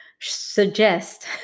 suggest